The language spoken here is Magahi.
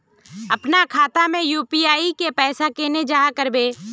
अपना खाता में यू.पी.आई के पैसा केना जाहा करबे?